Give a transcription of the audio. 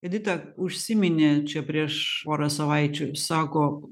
edita užsiminė čia prieš porą savaičių sako